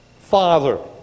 Father